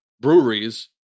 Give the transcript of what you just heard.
breweries